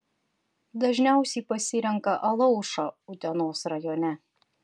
dažniausiai pasirenka alaušą utenos rajone